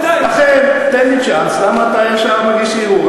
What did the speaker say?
לכן, תן לי צ'אנס, למה אתה ישר מגיש ערעור?